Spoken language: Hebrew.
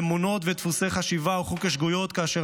אמונות ודפוסי חשיבה הוכחו כשגויים כאשר